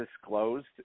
disclosed